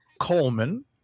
Coleman